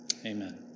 Amen